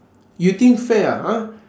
you think fair ah !huh!